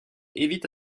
évite